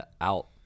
out